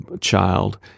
child